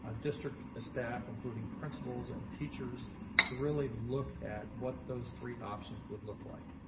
ah district staff, including principals and teachers to really look at what those three options would look like.